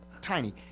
tiny